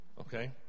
okay